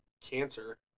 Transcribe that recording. cancer